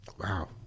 Wow